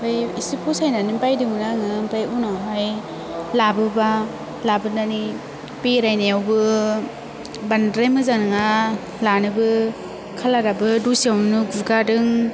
बै एसे फसायनानै बायदोंमोन आङो आमफ्राइ उनावहाय लाबोबा लाबोनानै बेरायनायावबो बांद्राय मोजां नोङा लानोबो कालाराबो दसेआवनो गुगादों